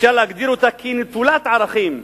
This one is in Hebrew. אפשר להגדיר אותה כנטולת ערכים,